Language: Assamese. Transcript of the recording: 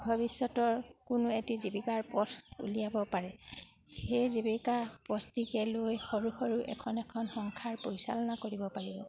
ভৱিষ্যতৰ কোনো এটি জীৱিকাৰ পথ উলিয়াব পাৰে সেই জীৱিকা পথটিকে লৈ সৰু সৰু এখন এখন সংসাৰ পৰিচালনা কৰিব পাৰিব